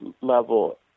level